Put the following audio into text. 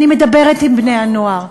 אני מדברת עם בני-הנוער,